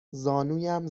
زانویم